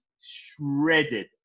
shredded